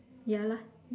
ya lah